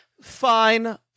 Fine